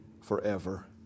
forever